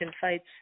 fights